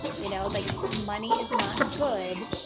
you know like money is not good.